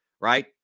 right